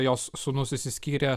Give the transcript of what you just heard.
jos sūnus išsiskyrė